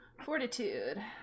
Fortitude